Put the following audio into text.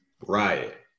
Riot